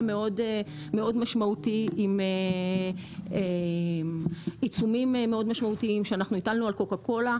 מאוד משמעותי עם עיצומים מאוד משמעותיים שאנחנו הטלנו על קוקה קולה,